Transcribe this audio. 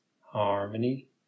harmony